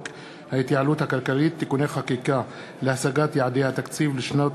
ההתייעלות הכלכלית (תיקוני חקיקה להשגת יעדי התקציב לשנות